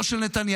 לא של נתניהו,